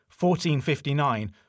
1459